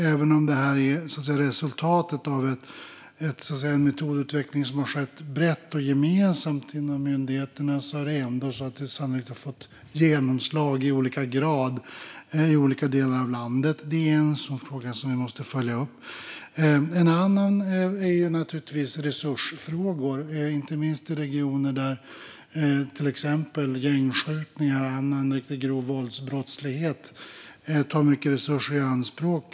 Även om detta är resultatet av en metodutveckling som har skett brett och gemensamt inom myndigheterna har den sannolikt fått genomslag i olika grad i olika delar av landet. Det är en sådan fråga som vi måste följa upp. En annan är naturligtvis detta med resurser, inte minst i regioner där till exempel gängskjutningar och annan grov våldsbrottslighet tar mycket resurser i anspråk.